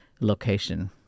location